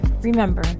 Remember